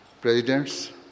presidents